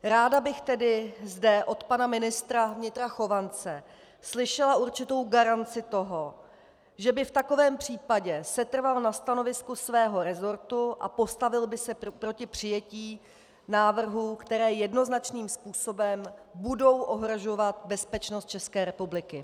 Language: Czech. Ráda bych tedy zde od pana ministra vnitra Chovance slyšela určitou garanci toho, že by v takovém případě setrval na stanovisku svého resortu a postavil by se proti přijetí návrhů, které jednoznačným způsobem budou ohrožovat bezpečnost České republiky.